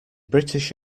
british